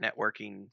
networking